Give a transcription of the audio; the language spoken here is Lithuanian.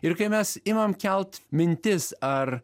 ir kai mes imam kelt mintis ar